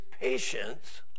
patience